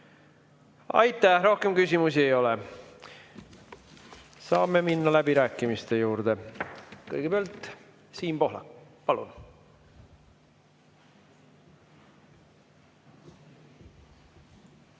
Aitäh! Rohkem küsimusi ei ole. Saame minna läbirääkimiste juurde. Kõigepealt Siim Pohlak, palun!